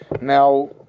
Now